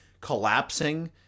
collapsing